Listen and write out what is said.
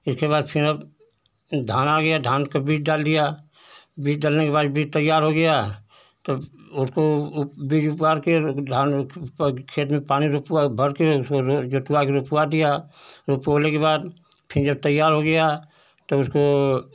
इसके बाद फिर अब धान आ गया धान का बीज डाल दिया बीज डालने बाद बीज तैयार हो गया तब उसको बीज उपाड़कर धान उसपर खेत में पानी रोपवा भरकर उसको जोतवाकर रोपवा दिया रोपवैले के बाद फिर जब वह तैयार हो गया तो उसको